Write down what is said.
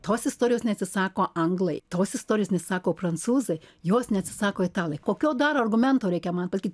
tos istorijos neatsisako anglai tos istorijos neatsisako prancūzai jos neatsisako italai kokio dar argumento reikia man pasakykit